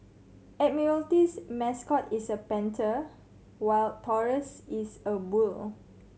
Admiralty's mascot is a panther while Taurus is a bull